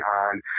on